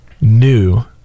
new